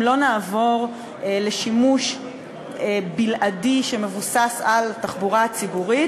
אם לא נעבור לשימוש בלעדי שמבוסס על תחבורה ציבורית,